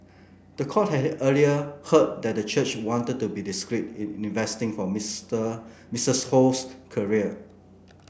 the court had earlier heard that the church wanted to be discreet in investing for Mister Mistress Ho's career